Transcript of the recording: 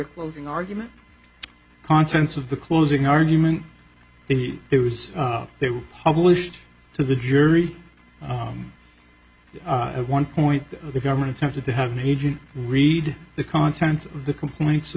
closing argument contents of the closing argument the it was they were published to the jury at one point that the government attempted to have an agent read the contents of the complaints of